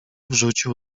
wrzucił